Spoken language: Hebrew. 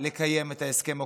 שלכם,